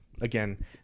again